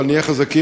אבל נהיה חזקים.